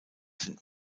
sind